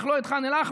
אך לא את ח'אן אל-אחמר.